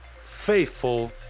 faithful